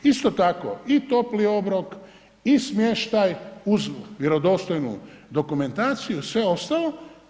Isto tako i topli obrok i smještaj uz vjerodostojnu dokumentaciju i sve ostalo.